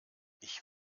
ich